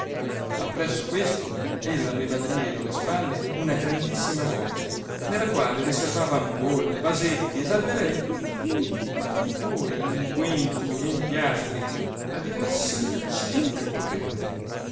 appresso questo ella aveva drieto le spalle una grandissima bolgia nella quale riservava ampolle vasetti ed albarelli tutti pieni di vari liquori unguenti empiastri a diversi accidenti appropriati